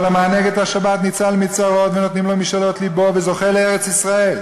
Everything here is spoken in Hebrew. כל המענג את השבת ניצל מצרות ונותנים לו משאלות לבו וזוכה לארץ-ישראל.